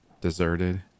Deserted